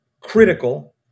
critical